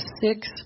Six